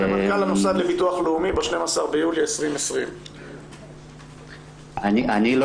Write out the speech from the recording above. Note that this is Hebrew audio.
למנכ"ל המוסד לביטוח לאומי ב-12 ביולי 2020. אני לא